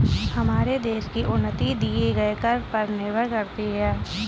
हमारे देश की उन्नति दिए गए कर पर निर्भर करती है